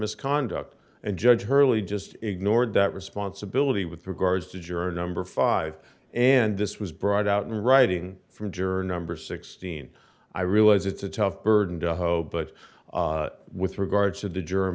misconduct and judge hurley just ignored that responsibility with regards to juror number five and this was brought out in writing from juror number sixteen i realize it's a tough burden to hoe but with regards to the germ